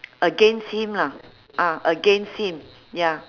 against him lah ah against him ya